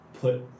put